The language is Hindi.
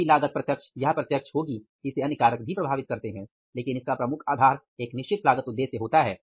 कोई लागत प्रत्यक्ष या अप्रत्यक्ष होगी इसे अन्य कारक भी प्रभावित करते हैं लेकिन इसका प्रमुख आधार एक निश्चित लागत उद्देश्य होता है